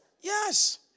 Yes